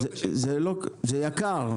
זה יקר,